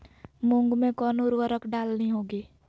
मूंग में कौन उर्वरक डालनी होगी?